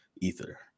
ether